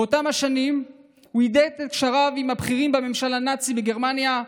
באותן שנים הוא הידק את קשריו עם הבכירים בממשל הנאצי בגרמניה,